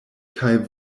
kaj